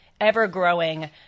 ever-growing